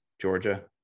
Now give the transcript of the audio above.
Georgia